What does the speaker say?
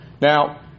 Now